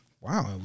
wow